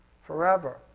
forever